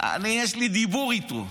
יש לי דיבור איתו.